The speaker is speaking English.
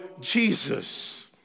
Jesus